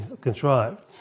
contrived